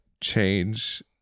change